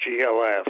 GLF